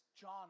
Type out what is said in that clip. John